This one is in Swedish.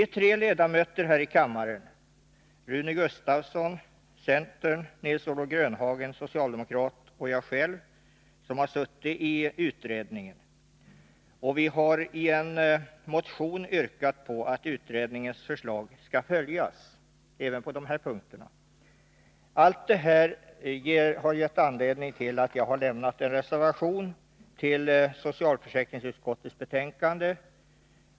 Tre ledamöter här i kammaren, nämligen Rune Gustavsson, centerpartist, Nils-Olof Grönhagen, socialdemokrat, och jag själv, har suttit i utredningen, och vi har i en motion yrkat att utredningens förslag skall följas även på dessa punkter. Vad jag nu framhållit är anledningen till att jag har lämnat en reservation till socialförsäkringsutskottets betänkande.